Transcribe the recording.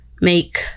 make